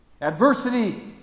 Adversity